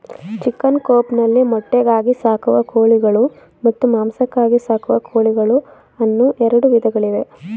chicken coop ನಲ್ಲಿ ಮೊಟ್ಟೆಗಾಗಿ ಸಾಕುವ ಕೋಳಿಗಳು ಮತ್ತು ಮಾಂಸಕ್ಕಾಗಿ ಸಾಕುವ ಕೋಳಿಗಳು ಅನ್ನೂ ಎರಡು ವಿಧಗಳಿವೆ